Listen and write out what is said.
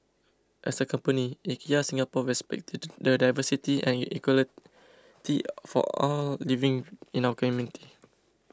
as a company IKEA Singapore respects the diversity and equality for all living in our community